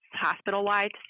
hospital-wide